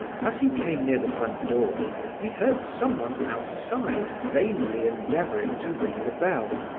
as he came near the front door he heard someone outside vainly endeavouring to ring the bell,